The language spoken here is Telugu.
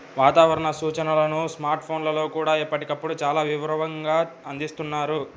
వాతావరణ సూచనలను స్మార్ట్ ఫోన్లల్లో కూడా ఎప్పటికప్పుడు చాలా వివరంగా అందిస్తున్నారు